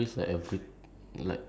what would I risk